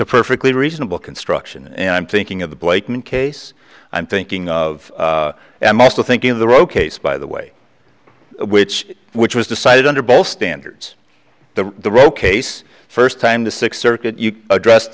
a perfectly reasonable construction and i'm thinking of the blakeman case i'm thinking of and i'm also thinking of the row case by the way which which was decided under both standards the the row case first time the six circuit you addressed